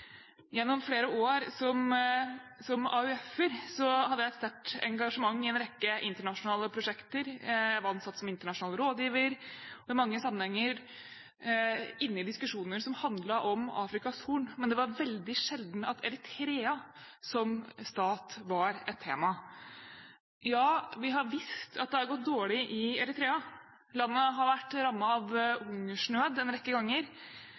Gjennom flere år som AUF-er hadde jeg et sterkt engasjement i en rekke internasjonale prosjekter. Jeg var ansatt som internasjonal rådgiver, og jeg var i mange sammenhenger inne i diskusjoner som handlet om Afrikas Horn, men det var veldig sjelden at Eritrea som stat var et tema. Ja, vi har visst at det har gått dårlig i Eritrea. Landet har vært rammet av hungersnød en rekke ganger.